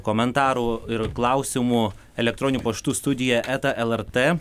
komentarų ir klausimų elektroniniu paštu studija eta lrt